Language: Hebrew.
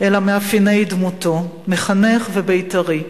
אלא מאפייני דמותו מחנך ובית"רי.